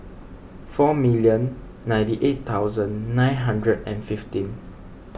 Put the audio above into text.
four million ninety eight thousand nine hundred and fifteen